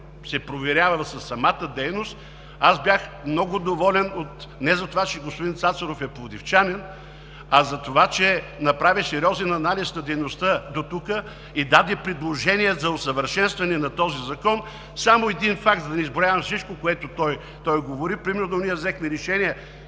се проверява със самата дейност. Аз бях много доволен не затова, че господин Цацаров е пловдивчанин, а за това, че направи сериозен анализ на дейността дотук и даде предложения за усъвършенстване на този закон. Само един факт, за да не изброявам всичко, за което той говори. Примерно, взехме решение,